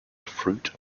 fruit